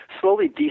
slowly